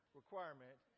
requirement